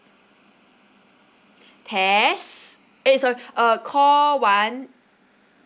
test eh sorry uh call one